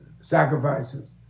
sacrifices